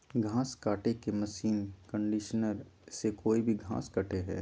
घास काटे के मशीन कंडीशनर से कोई भी घास कटे हइ